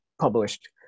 published